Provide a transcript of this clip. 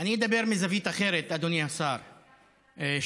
אני אדבר מזווית אחרת, אדוני השר שטייניץ,